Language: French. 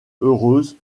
heureuse